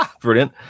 Brilliant